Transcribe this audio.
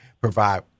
provide